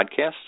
podcasts